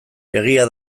egia